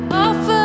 offer